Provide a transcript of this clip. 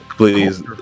Please